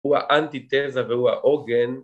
הוא האנטיטזה והוא העוגן